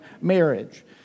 marriage